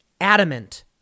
adamant